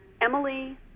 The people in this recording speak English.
Emily